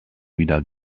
wieder